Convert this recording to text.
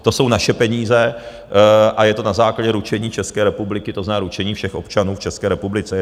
To jsou naše peníze a je to na základě ručení České republiky, to znamená ručení všech občanů v České republice.